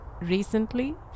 recently